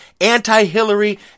anti-Hillary